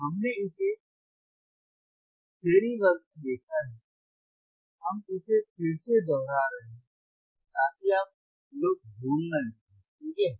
हमने इसे Theory वर्ग में देखा है हम इसे फिर से दोहरा रहे हैं ताकि आप लोग भूल ना जाए ठीक है